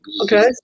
Okay